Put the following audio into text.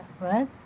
right